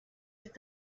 ist